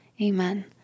Amen